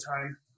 time